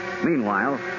Meanwhile